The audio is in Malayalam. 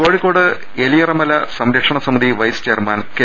കോഴിക്കോട് എലിയറമല സംരക്ഷണ സമിതി വൈസ് ചെയർമാൻ കെ